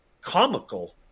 comical